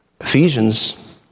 Ephesians